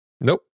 Nope